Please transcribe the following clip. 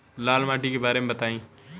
लाल माटी के बारे में बताई